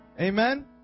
Amen